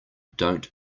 don’t